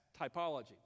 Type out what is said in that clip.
typology